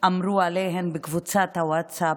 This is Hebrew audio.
אמרו עליהן בקבוצת הווטסאפ,